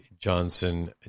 Johnson